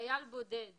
חייל בודד